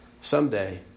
someday